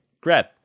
Grab